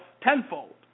tenfold